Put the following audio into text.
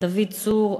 דוד צור,